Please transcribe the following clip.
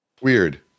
Weird